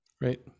right